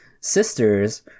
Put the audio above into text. sisters